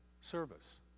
service